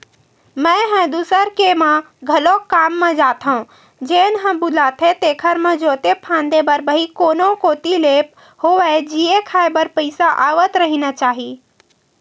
मेंहा दूसर के म घलोक काम म जाथो जेन ह बुलाथे तेखर म जोते फांदे बर भई कोनो कोती ले होवय जीए खांए बर पइसा आवत रहिना चाही